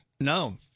No